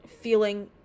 feeling